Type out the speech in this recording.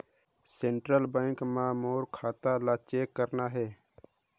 Central bank मां मोर खाता ला चेक करना हे?